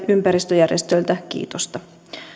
ympäristöjärjestöiltä kiitosta